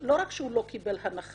לא רק שהוא לא קיבל הנחה,